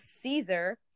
Caesar